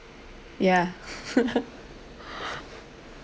ya